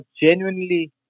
genuinely